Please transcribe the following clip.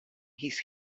his